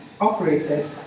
operated